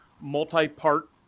multi-part